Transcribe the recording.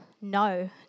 no